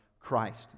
Christ